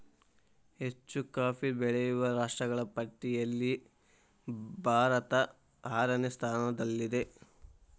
ಹೆಚ್ಚು ಕಾಫಿ ಬೆಳೆಯುವ ರಾಷ್ಟ್ರಗಳ ಪಟ್ಟಿಯಲ್ಲಿ ಭಾರತ ಆರನೇ ಸ್ಥಾನದಲ್ಲಿದೆ